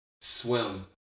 swim